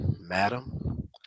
Madam